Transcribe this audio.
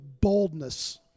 boldness